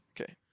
Okay